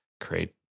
create